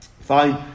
Fine